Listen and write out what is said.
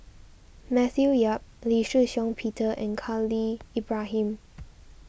Matthew Yap Lee Shih Shiong Peter and Khalil Ibrahim